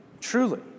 Truly